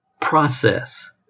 process